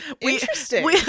Interesting